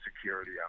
security